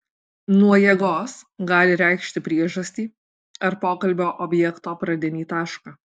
nuo jėgos gali reikšti priežastį ar pokalbio objekto pradinį tašką